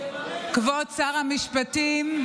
כבוד שר המשפטים,